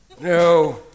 No